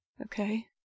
Okay